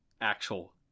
actual